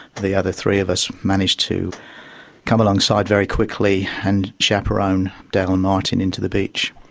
the other three of us managed to come alongside very quickly and chaperone dale and martin into the beach.